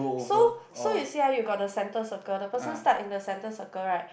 so so you see ah you got the centre circle the person start in the centre circle right